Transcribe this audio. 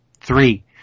three